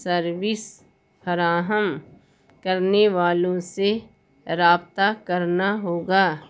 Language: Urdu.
سروس فراہم کرنے والوں سے رابطہ کرنا ہوگا